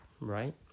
right